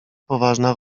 poważna